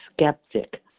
skeptic